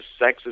sexist